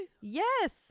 Yes